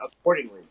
accordingly